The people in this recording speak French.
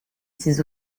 ses